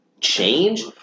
change